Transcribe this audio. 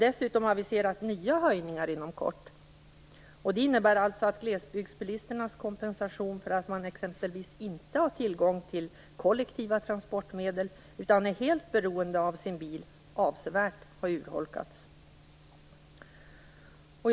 Dessutom aviseras nya höjningar inom kort. Det innebär alltså att glesbygdsbilisternas kompensation för att de exempelvis inte har tillgång till kollektiva transportmedel utan är helt beroende av sin bil avsevärt urholkats.